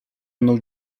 mną